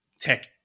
tech